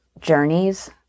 journeys